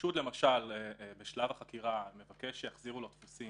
כשחשוד בשלב החקירה מבקש שיחזירו לו טפסים,